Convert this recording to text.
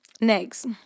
Next